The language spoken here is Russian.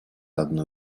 одну